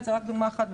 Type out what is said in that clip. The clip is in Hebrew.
זו רק דוגמה אחת,